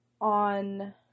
on